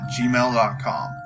gmail.com